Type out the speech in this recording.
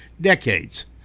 decades